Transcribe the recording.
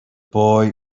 boy